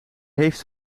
heeft